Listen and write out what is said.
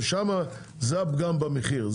ושם זה הפגם במחיר,